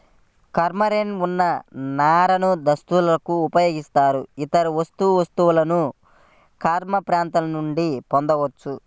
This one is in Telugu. కాష్మెరె ఉన్ని నారను దుస్తులకు ఉపయోగిస్తారు, ఇతర వస్త్ర వస్తువులను కాష్మెరె ప్రాంతం నుండి పొందవచ్చు